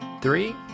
three